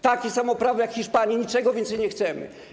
Takie samo prawo jak Hiszpanie, niczego więcej nie chcemy.